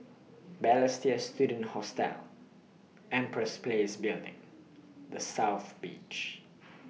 Balestier Student Hostel Empress Place Building The South Beach